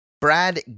Brad